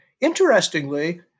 Interestingly